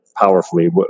powerfully